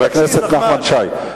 חבר הכנסת נחמן שי,